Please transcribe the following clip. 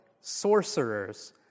sorcerers